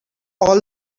all